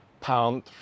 pound